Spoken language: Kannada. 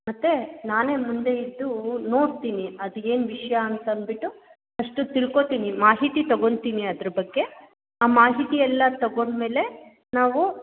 ಮತ್ತೆ ನಾನೇ ಮುಂದೆ ಇದ್ದು ನೋಡ್ತೀನಿ ಅದು ಏನು ವಿಷಯ ಅಂತಂದ್ಬಿಟ್ಟು ಫಸ್ಟು ತಿಳ್ಕೊತೀನಿ ಮಾಹಿತಿ ತಗೊತೀನಿ ಅದ್ರ ಬಗ್ಗೆ ಆ ಮಾಹಿತಿ ಎಲ್ಲ ತಗೊಂಡಮೇಲೆ ನಾವು